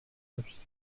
such